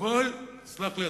סלח לי,